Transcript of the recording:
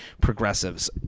progressives